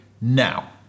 now